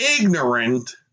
ignorant